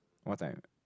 what time